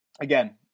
again